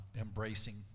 embracing